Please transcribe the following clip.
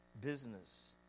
business